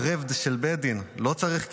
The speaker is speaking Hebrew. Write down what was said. ערב של בית דין לא צריך קניין,